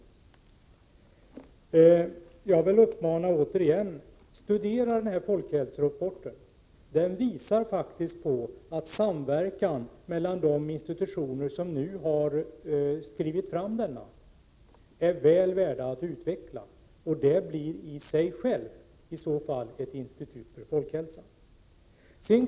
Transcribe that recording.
Jag vill återigen uppmana till att studera den folkhälsorapport jag nämnde tidigare. Den visar på att samverkan mellan de institutioner som tagit fram rapporten är väl värd att utveckla. Det skulle i så fall i sig kunna bli ett institut för folkhälsan.